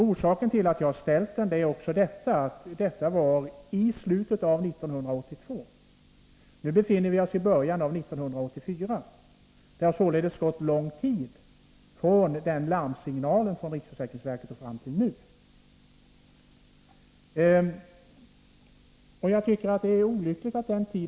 Orsaken till att jag ställt den är också att skrivelsen utfärdades i slutet av 1982 och att vi nu befinner oss i början av 1984 — och att det således har gått lång tid från det larmsignalen gavs. Det är olyckligt att det gått så lång tid.